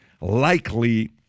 likely